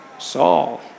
Saul